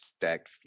stacked